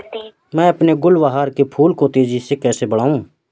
मैं अपने गुलवहार के फूल को तेजी से कैसे बढाऊं?